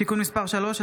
(תיקון מס' 3),